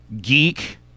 Geek